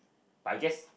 but I guess